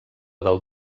del